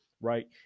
Right